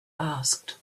asked